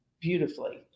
beautifully